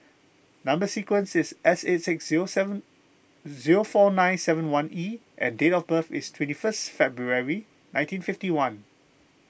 Number Sequence is S eight six zero seven zero four nine seven one E and date of birth is twenty first February nineteen fifty one